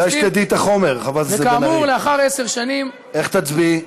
כדאי שתדעי את החומר, חברת הכנסת בן ארי.